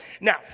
Now